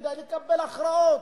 כדי לקבל הכרעות.